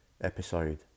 episode